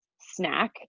snack